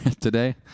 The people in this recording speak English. today